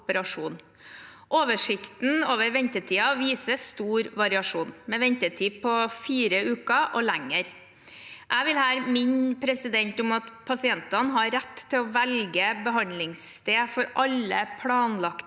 Oversikten over ventetider viser stor variasjon, med ventetid på fire uker og lengre. Jeg vil minne om at pasientene har rett til å velge behandlingssted for alle planlagte undersøkelser